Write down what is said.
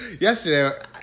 Yesterday